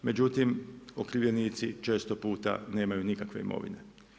Međutim, okrivljenici često puta nemaju nikakve imovine.